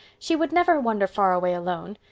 she would never wander far away alone.